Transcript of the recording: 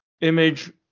Image